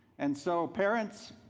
and so parents,